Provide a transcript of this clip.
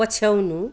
पछ्याउनु